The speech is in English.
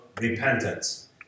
repentance